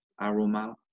aroma